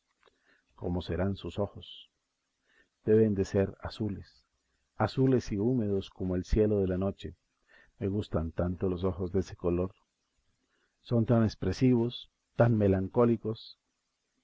cómo serán sus ojos deben de ser azules azules y húmedos como el cielo de la noche me gustan tanto los ojos de ese color son tan expresivos tan melancólicos